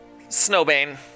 Snowbane